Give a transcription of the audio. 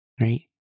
right